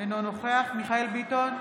אינו נוכח מיכאל מרדכי ביטון,